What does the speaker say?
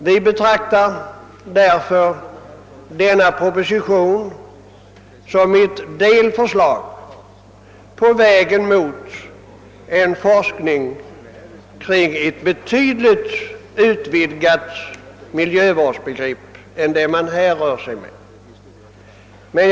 Vi betraktar av denna anledning den nu framlagda propositionen som ett delförslag på vägen mot en forskning kring ett betydligt mer utvidgat miljövårdsbegrepp än det som man nu använt sig av.